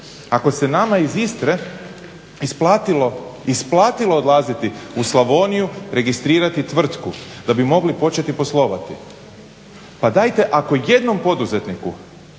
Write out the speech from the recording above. ako se nama iz Istre isplatilo odlaziti u Slavoniju, registrirati tvrtku da bi mogli početi poslovati. Pa dajte ako jednom poduzetniku